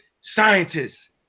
scientists